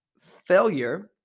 failure